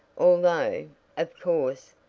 although, of course,